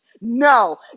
No